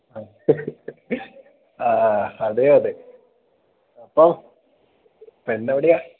അ ആ ആ അതെ അതെ അപ്പം പെണ്ണെവിടെയാണ്